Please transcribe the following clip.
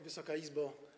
Wysoka Izbo!